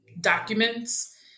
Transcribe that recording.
documents